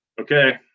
Okay